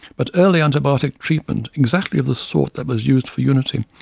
but early antibiotic treatment, exactly of the sort that was used for unity,